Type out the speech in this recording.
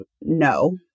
no